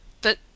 But